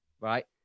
Right